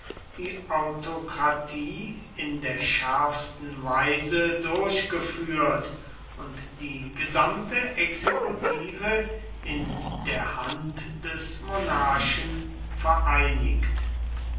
die autokratie in der schärfsten weise durchgeführt und die gesamte exekutive in der hand des monarchen vereinigt